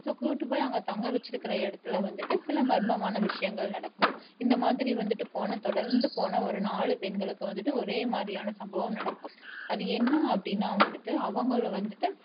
so கூப்பிட்டு போய் அங்கே தங்க வெச்சிருக்குற இடத்துல வந்துவிட்டு சில மர்மமான விஷயங்கள் நடக்கும் இந்தமாதிரி வந்துவிட்டு போன தொடர்ந்து போன ஒரு நாலு பெண்களுக்கு வந்துவிட்டு ஒரே மாதிரியான சம்பவம் நடக்கும் அது என்ன அப்படின்னா வந்துவிட்டு அவங்களை வந்துவிட்டு